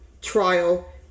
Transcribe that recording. trial